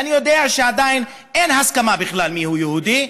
אני יודע שעדיין אין הסכמה מיהו יהודי.